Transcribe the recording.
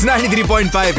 93.5